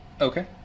Okay